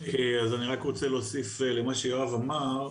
אני רק רוצה להוסיף למה שיואב אמר,